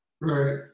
Right